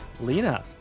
Lena